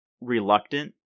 reluctant